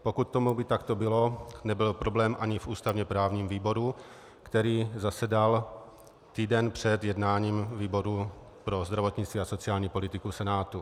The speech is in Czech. Pokud by tomu tak bylo, nebyl problém ani v ústavněprávním výboru, který zasedal týden před jednáním výboru pro zdravotnictví a sociální politiku v Senátu.